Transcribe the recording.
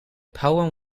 poem